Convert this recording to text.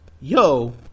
Yo